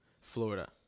Florida